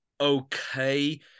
okay